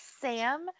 Sam